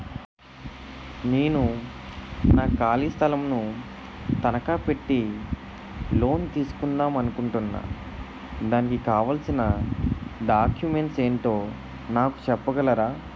నేను నా ఖాళీ స్థలం ను తనకా పెట్టి లోన్ తీసుకుందాం అనుకుంటున్నా దానికి కావాల్సిన డాక్యుమెంట్స్ ఏంటో నాకు చెప్పగలరా?